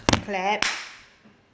clap